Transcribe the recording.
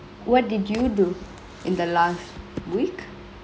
what did you do in the last week